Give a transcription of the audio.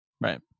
Right